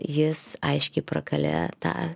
jis aiškiai prakalė tą